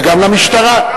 וגם למשטרה.